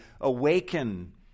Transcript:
awaken